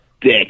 dick